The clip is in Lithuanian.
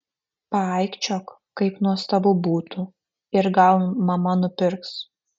paaikčiok kaip nuostabu būtų ir gal mama nupirks